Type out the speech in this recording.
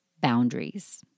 boundaries